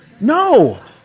No